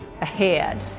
ahead